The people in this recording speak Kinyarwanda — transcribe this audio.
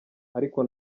ariko